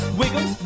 wiggle